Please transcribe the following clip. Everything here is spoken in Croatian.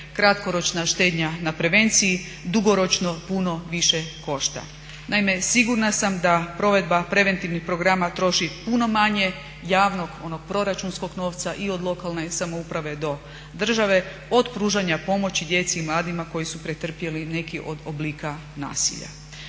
kratkoročna štednja na prevenciji dugoročno puno više košta. Naime, sigurna sam da provedba preventivnih programa troši puno manje javnog, onog proračunskog novca i od lokalne samouprave do države, od pružanja pomoći djeci i mladima koji su pretrpjeli neki od oblika nasilja.